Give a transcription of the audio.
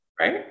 right